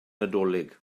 nadolig